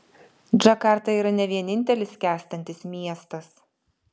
džakarta yra ne vienintelis skęstantis miestas